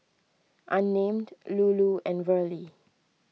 unnamed Lulu and Verlie